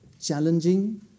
challenging